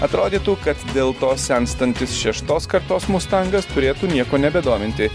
atrodytų kad dėl to senstantis šeštos kartos mustangas turėtų nieko nebedominti